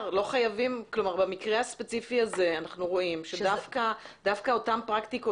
במקרה הספציפי הזה אנחנו רואים שדווקא אותן פרקטיקות